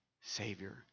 Savior